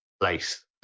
place